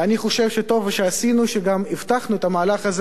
ואני חושב שטוב עשינו שגם הבטחנו את המהלך הזה